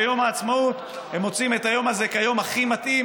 ביום העצמאות הם מוצאים את היום הזה כיום הכי מתאים